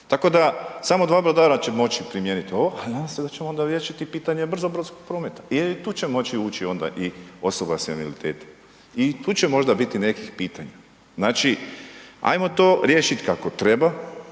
tako da samo dva brodara će moći primijeniti ovo, a nadam se da ćemo onda riješiti pitanje brzobrodskog prometa i to će moći ući onda i osoba s invaliditetom i tu će možda biti nekih pitanja. Znači, hajmo to riješiti kako treba,